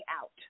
out